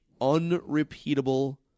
unrepeatable